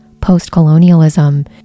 post-colonialism